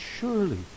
surely